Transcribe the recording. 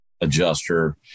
adjuster